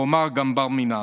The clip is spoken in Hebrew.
ואומר גם "בר מינן".